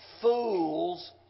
Fools